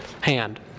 hand